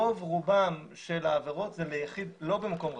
רוב רובן של העבירות זה ליחיד לא במקום רגיש,